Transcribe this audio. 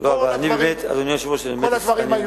כל הדברים היו,